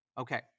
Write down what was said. Okay